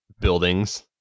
buildings